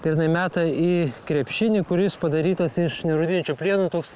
tai vat jinai meta į krepšinį kuris padarytas iš nerūdijančio plieno toks